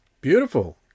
Beautiful